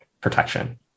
protection